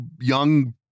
young